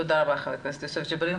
תודה רבה לחבר הכנסת יוסף ג'בארין.